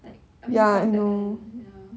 like I mean contact lens ya